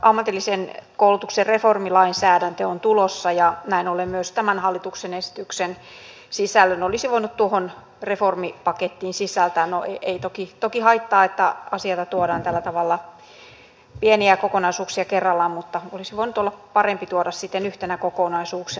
ammatillisen koulutuksen reformilainsäädäntö on tulossa ja näin ollen myös tämän hallituksen esityksen sisällön olisi voinut tuohon reformipakettiin sisältää no ei toki haittaa että asioita tuodaan tällä tavalla pieniä kokonaisuuksia kerrallaan mutta olisi voinut olla parempi tuoda sitten yhtenä kokonaisuutena